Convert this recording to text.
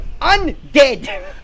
undead